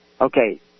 Okay